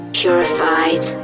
purified